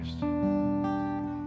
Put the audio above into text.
Christ